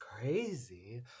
crazy